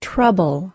Trouble